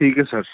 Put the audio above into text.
ਠੀਕ ਐ ਸਰ